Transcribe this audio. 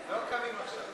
לשנת התקציב 2016,